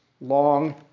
long